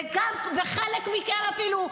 וחלק מכם אפילו,